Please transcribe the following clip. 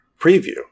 preview